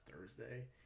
Thursday